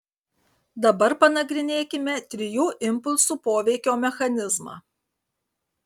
dabar panagrinėkime trijų impulsų poveikio mechanizmą